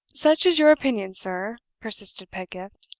such is your opinion, sir, persisted pedgift.